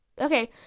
okay